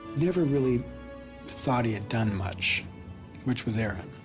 never really thought he had done much which was aaron. it